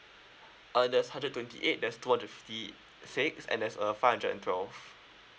uh there's hundred twenty eight there's two hundred fifty six and there's uh five hundred and twelve